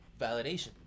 validation